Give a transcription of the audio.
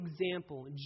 example